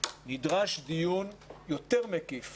נדרש דיון מקיף יותר